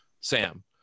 Sam